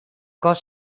cos